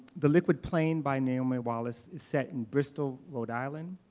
the liquid plain, by naomi wallace is set in bristol, rhode island.